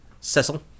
Cecil